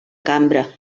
cambra